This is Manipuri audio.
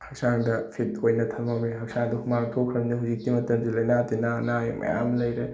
ꯍꯛꯆꯥꯡꯗ ꯐꯤꯠ ꯑꯣꯏꯅ ꯊꯝꯕ ꯉꯝꯃꯦ ꯍꯛꯆꯥꯡꯗꯨ ꯍꯨꯃꯥꯡ ꯊꯣꯛꯈ꯭ꯔꯅꯤ ꯍꯧꯖꯤꯛꯀꯤ ꯃꯇꯝꯁꯤ ꯂꯩꯅꯥ ꯇꯤꯟꯅꯥ ꯑꯅꯥ ꯑꯌꯦꯛ ꯃꯌꯥꯝ ꯂꯩꯔꯦ